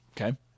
okay